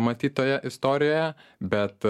matyt toje istorijoje bet